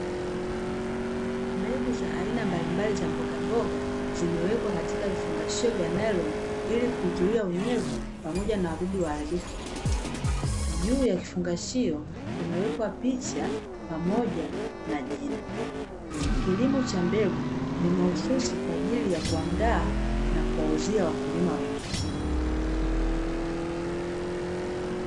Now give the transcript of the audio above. Mbegu za aina mbalimbali za mbogamboga, zimewekwa katika vifungashio vya nailoni, ili kuzuia unyevu pamoja na wadudu waharibifu kupita, juu ya kifungashio, kumewekwa picha pamoja na jina. Kilimo cha mbegu ni mahususi kwaajili ya kuandaa na kuwauzia wakulima wengine.